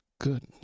Good